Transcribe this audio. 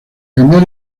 cambiar